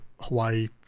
Hawaii